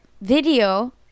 video